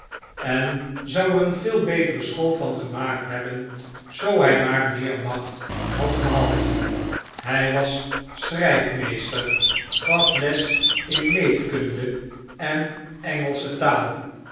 en zou er een veel betere school van gemaakt hebben zoo hy maar meer macht had gehad hy was schryfmeester gaf les in meetkunde en engelsche taal